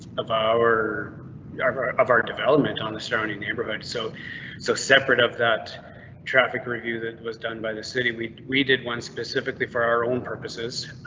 of our yeah our of our of our development on the surrounding neighborhood. so so separate of that traffic review that was done by the city. we we did one specifically for our own purposes